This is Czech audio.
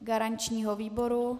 Garančního výboru?